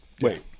Wait